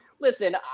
listen